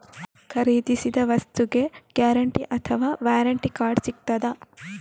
ಖರೀದಿಸಿದ ವಸ್ತುಗೆ ಗ್ಯಾರಂಟಿ ಅಥವಾ ವ್ಯಾರಂಟಿ ಕಾರ್ಡ್ ಸಿಕ್ತಾದ?